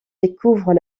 découvrent